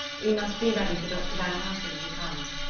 we must be ready for dr. van helsing when he comes.